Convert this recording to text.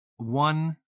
One